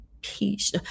peace